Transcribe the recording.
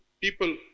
people